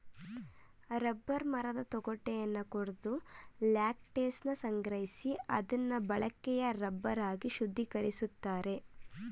rubber ಮರದ ತೊಗಟೆನ ಕೊರ್ದು ಲ್ಯಾಟೆಕ್ಸನ ಸಂಗ್ರಹಿಸಿ ಅದ್ನ ಬಳಕೆಯ ರಬ್ಬರ್ ಆಗಿ ಶುದ್ಧೀಕರಿಸ್ತಾರೆ